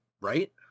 Right